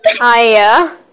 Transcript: Aya